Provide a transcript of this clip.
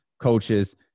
coaches